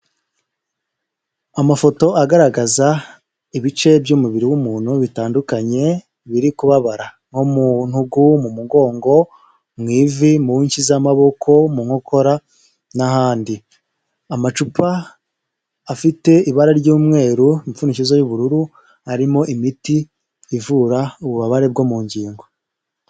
Amafoto agaragaza ibice by'umubiri w'umuntu bitandukanye biri kubabara, nko ntugu, mu mugongo, mu ivi, mu nshyi z'amaboko, mu nkokora n'ahandi. Amacupa afite ibara ry'umweru, imipfundikizo y'ubururu, arimo imiti ivura ububabare bwo mu ngingo.